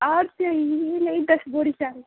और चाहिए नहीं दस बोरी चाहिए